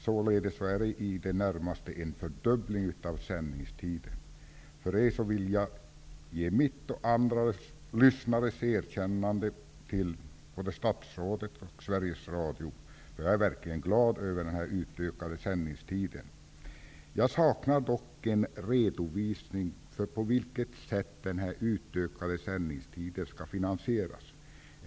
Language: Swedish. Således blir det i det närmaste en fördubbling av sändningstiden. Därför vill jag ge både statsrådet och Sveriges Radio mitt och andra lyssnares erkännande. Jag är verkligen glad över den utökade sändningstiden. Jag saknar dock en redovisning av på vilket sätt den här utökade sändningstiden skall finansieras.